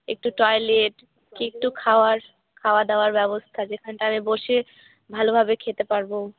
একটু টয়লেট কী একটু খাওয়ার খাওয়া দাওয়ার ব্যবস্থা যেখানটায় আমি বসে ভালোভাবে খেতে পারবো